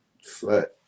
flat